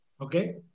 Okay